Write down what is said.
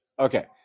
Okay